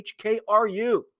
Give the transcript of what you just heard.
HKRU